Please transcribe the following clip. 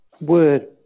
word